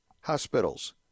hospitals